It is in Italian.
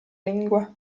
lingua